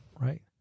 right